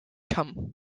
kamm